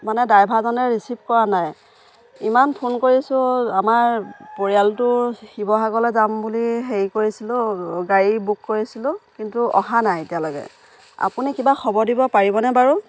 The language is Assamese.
মানে ড্ৰাইভাৰজনে ৰিচিভ কৰা নাই ইমান ফোন কৰিছোঁ আমাৰ পৰিয়ালটো শিৱসাাগৰলৈ যাম বুলি হেৰি কৰিছিলোঁ গাড়ী বুক কৰিছিলোঁ কিন্তু অহা নাই এতিয়ালৈকে আপুনি কিবা খবৰ দিব পাৰিবনে বাৰু